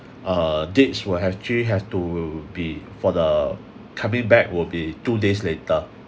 uh dates will have actually have to be for the coming back will be two days later